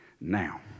now